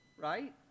right